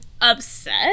upset